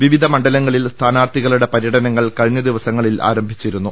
വിവിധ മണ്ഡലങ്ങളിൽ സ്ഥാനാർത്ഥികളുടെ പരൃടനങ്ങൾ കഴിഞ്ഞ ദിവസങ്ങളിൽ ആരംഭിച്ചിരുന്നു